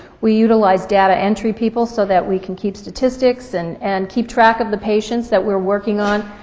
we utilize data entry people so that we can keep statistics and and keep track of the patients that we're working on,